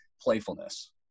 playfulness